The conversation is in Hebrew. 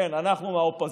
כן, אנחנו מהאופוזיציה